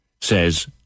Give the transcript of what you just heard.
says